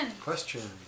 Question